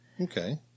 Okay